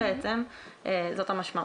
זאת המשמעות.